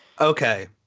Okay